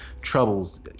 troubles